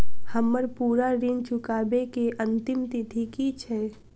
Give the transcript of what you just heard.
हम्मर पूरा ऋण चुकाबै केँ अंतिम तिथि की छै?